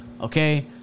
okay